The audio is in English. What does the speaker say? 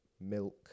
milk